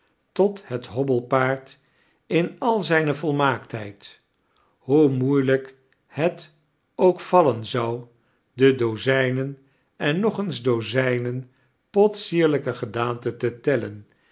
tot het hobbelpaard in al zrjne volmaaktheid hoe moeilijk het ook vallen zou de dozijnen en nog eens dozijnen potsierlrjke gedaanten te tellen